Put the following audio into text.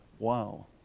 Wow